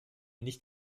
nicht